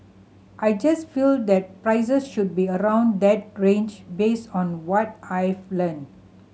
i just feel that prices should be around that range based on what I've heard